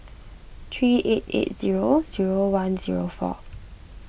three eight eight zero zero one zero four